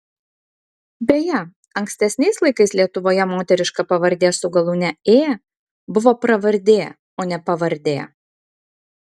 beje ankstesniais laikais lietuvoje moteriška pavardė su galūne ė buvo pravardė o ne pavardė